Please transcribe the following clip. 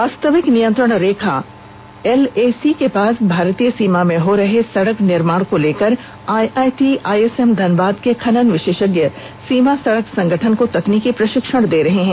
वास्तविक नियंत्रण रेखा एलएसी के पास भारतीय सीमा में हो रहे सड़क निर्माण को लेकर आईआईटी आईएसएम धनबाद के खनन विषेषज्ञ सीमा सड़क संगठन को तकनीकी प्रषिक्षण दे रहे हैं